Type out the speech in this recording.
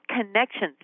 connections